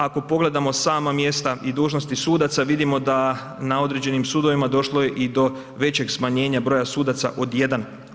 Ako pogledamo sama mjesta i dužnosti sudaca vidimo da na određenim sudovima došlo je i do većeg smanjenja broja sudaca od 1%